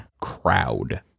crowd